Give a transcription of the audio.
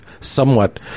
somewhat